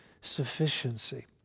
sufficiency